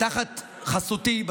תחת חסותי,